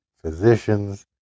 physicians